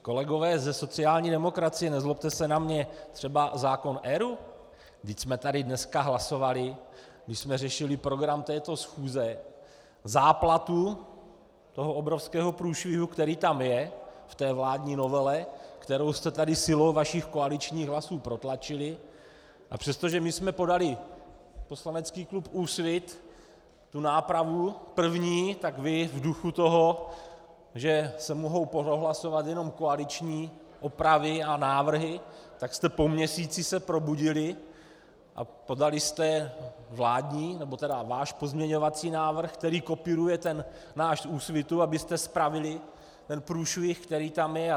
Kolegové ze sociální demokracie, nezlobte se na mě, třeba zákon ERÚ vždyť jsme tady dneska hlasovali, když jsme řešili program této schůze, záplatu toho obrovského průšvihu, který tam je, v té vládní novele, kterou jste tady silou vašich koaličních hlasů protlačili, a přestože my jsme podali, poslanecký klub Úsvit, tu nápravu první, tak vy v duchu toho, že se mohou prohlasovat jenom koaliční opravy a návrhy, tak jste se po měsíci probudili a podali jste vládní, nebo teda váš pozměňovací návrh, který kopíruje ten náš, Úsvitu, abyste spravili ten průšvih, který tam je.